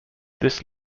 this